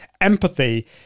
empathy